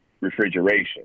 refrigeration